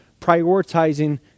prioritizing